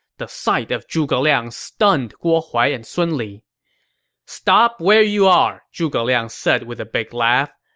the sight of zhuge liang stunned guo huai and sun li stop where you are, zhuge liang said with a big laugh.